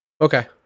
okay